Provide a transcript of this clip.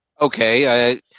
Okay